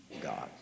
God